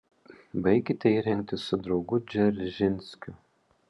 baikite jį rengti su draugu dzeržinskiu